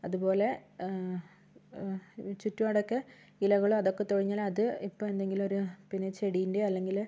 അതുപോലെ ചുറ്റുപാടൊക്കെ ഇലകളും അതൊക്കെ കൊഴിഞ്ഞാൽ അത് ഇപ്പോൾ എന്തെങ്കിലും ഒരു പിന്നെ ചെടീന്റെയോ അല്ലെങ്കിൽ